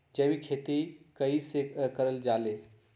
जैविक खेती कई से करल जाले?